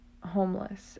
homeless